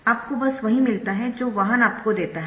आपको बस वही मिलता है जो वाहन आपको देता है